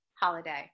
holiday